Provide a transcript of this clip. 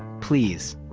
please.